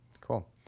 Cool